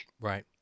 Right